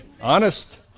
Honest